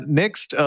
next